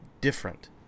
different